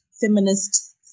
feminist